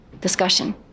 discussion